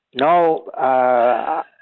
No